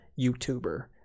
YouTuber